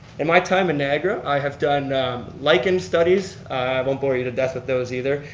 in my time in niagara i have done lichen studies, i won't bore you to death with those either.